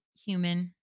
human